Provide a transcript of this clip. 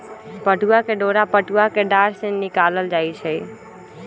पटूआ के डोरा पटूआ कें डार से निकालल जाइ छइ